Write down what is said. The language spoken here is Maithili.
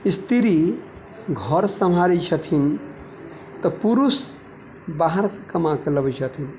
स्त्री घर समहरै छथिन तऽ पुरुष बाहरसँ कमाके लाबै छथिन